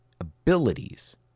abilities